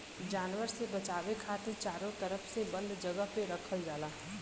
जानवर से बचाये खातिर चारो तरफ से बंद जगह पे रखल जाला